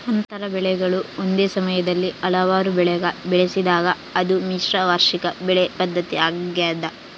ಅಂತರ ಬೆಳೆಗಳು ಒಂದೇ ಸಮಯದಲ್ಲಿ ಹಲವಾರು ಬೆಳೆಗ ಬೆಳೆಸಿದಾಗ ಅದು ಮಿಶ್ರ ವಾರ್ಷಿಕ ಬೆಳೆ ಪದ್ಧತಿ ಆಗ್ಯದ